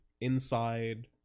Inside